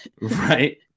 Right